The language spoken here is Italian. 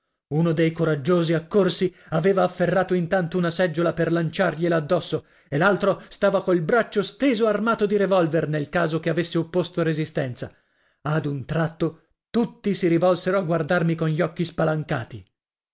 uno dei coraggiosi accorsi aveva afferrato intanto una seggiola per lanciargliela addosso e l'altro stava col braccio steso armato di revolver nel caso che avesse opposto resistenza ad un tratto tutti si rivolsero a guardarmi con gli occhi spalancati